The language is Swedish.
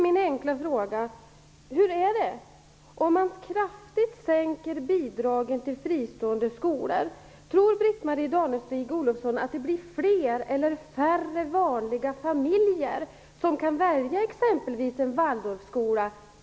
Min enkla fråga blir då: Om man kraftigt sänker bidragen till fristående skolor, tror Britt-Marie Danestig Olofsson då att det blir fler eller färre vanliga familjer som kan välja exempelvis en Waldorfskola?